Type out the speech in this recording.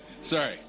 sorry